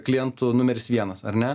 klientų numeris vienas ar ne